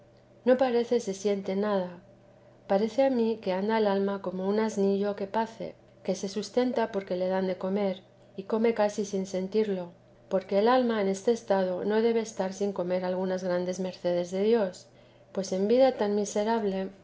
no parece se siente nada paréceme a mí que anda el alma como un asnillo que pace que se sustenta porque le dan de comer y come casi sin sentirlo porque el alma en este estado no debe estar sin comer algunas grandes mercedes de dios pues en vida tan miserable